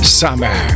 summer